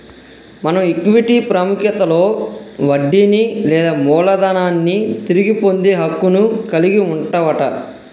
మనం ఈక్విటీ పాముఖ్యతలో వడ్డీని లేదా మూలదనాన్ని తిరిగి పొందే హక్కును కలిగి వుంటవట